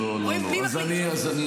לא לא לא, אני אסביר.